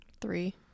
Three